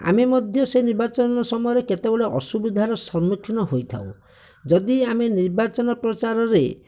ଆମେ ମଧ୍ୟ ସେ ନିର୍ବାଚନ ସମୟରେ କେତେ ଗୁଡ଼େ ଅସୁବିଧାର ସମ୍ମୁଖୀନ ହୋଇଥାଉ ଯଦି ଆମେ ନିର୍ବାଚନ ପ୍ରଚାରରେ